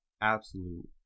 absolute